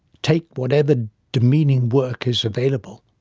take whatever demeaning work is available.